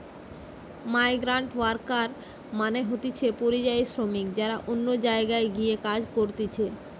migrant worker মানে হতিছে পরিযায়ী শ্রমিক যারা অন্য জায়গায় গিয়ে কাজ করতিছে